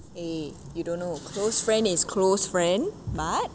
eh you don't know close friend is close friend but